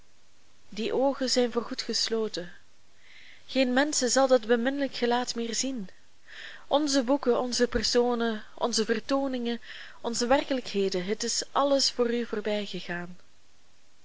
die oogen zijn voor goed gesloten geen mensen zal dat beminlijk gelaat meer zien onze boeken onze personen onze vertooningen onze werkelijkheden het is alles voor u voorbijgegaan